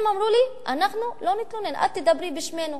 הם אמרו לי: אנחנו לא נתלונן, את תדברי בשמנו.